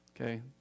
Okay